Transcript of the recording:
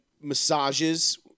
massages